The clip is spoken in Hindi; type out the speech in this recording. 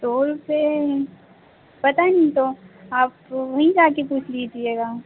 तोल से पता नहीं तो आप वहीं जाकर पूछ लीजिएगा